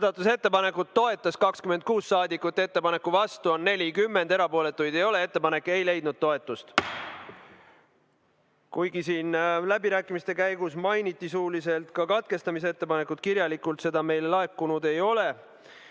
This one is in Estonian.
Muudatusettepanekut toetas 26 saadikut, vastu on 40, erapooletuid ei ole. Ettepanek ei leidnud toetust. Kuigi läbirääkimiste käigus mainiti suuliselt ka katkestamise ettepanekut, siis kirjalikult seda meile laekunud ei ole.